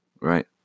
right